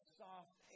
soft